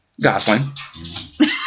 Gosling